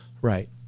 Right